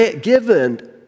given